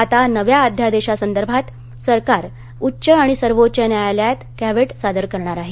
आता नव्या अध्यादेशासंदर्भात सरकार उच्च आणि सर्वोच्च न्यायालयात कॅव्हेट दाखल करणार आहे